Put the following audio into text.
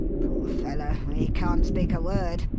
poor fellow, he can't speak a word,